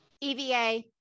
EVA